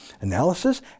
analysis